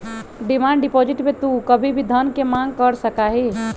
demand deposit में तू कभी भी धन के मांग कर सका हीं